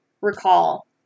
recall